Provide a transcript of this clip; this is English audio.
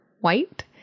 white